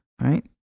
right